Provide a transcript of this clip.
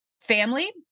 family